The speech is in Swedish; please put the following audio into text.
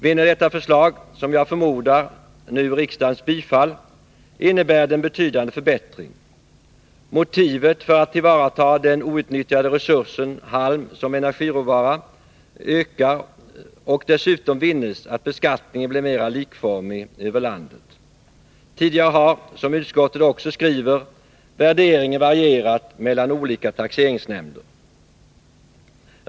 Vinner detta förslag, som jag förmodar, nu riksdagens bifall, innebär det en betydande förbättring. Motivationen för att tillvarata den outnyttjade resursen halm som energiråvara ökar, och dessutom vinnes att beskattningen blir mera likformig över landet. Tidigare har, som utskottet också skriver, värderingen varierat mellan olika taxeringsnämnder.